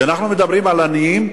כשאנחנו מדברים על עניים,